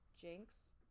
jinx